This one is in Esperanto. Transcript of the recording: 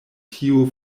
tiu